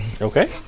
Okay